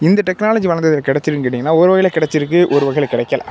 இந்த டெக்னாலஜி வளர்ந்ததுல கிடைத்ததுன்னு கேட்டிங்கன்னா ஒரு வகையில் கிடைச்சுருக்கு ஒரு வகையில் கிடைக்கல